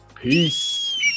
Peace